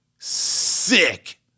sick